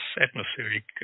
atmospheric